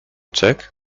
check